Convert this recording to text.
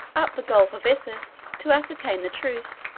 up the gulf of issus, to ascertain the truth.